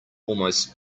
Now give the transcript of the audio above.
almost